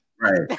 right